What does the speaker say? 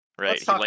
Right